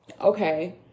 Okay